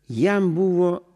jam buvo